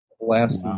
last